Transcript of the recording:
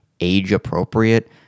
age-appropriate